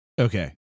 Okay